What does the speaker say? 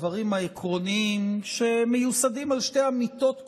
הדברים העקרוניים מיוסדים על שתי אמיתות כואבות,